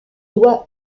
dois